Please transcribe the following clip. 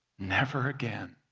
never again.